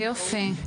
מעולה, יופי.